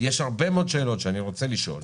יש הרבה מאוד שאלות שאני רוצה לשאול,